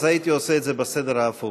הייתי עושה את זה בסדר ההפוך.